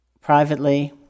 privately